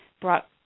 brought